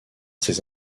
ses